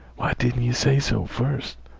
why didn't yeh say so first?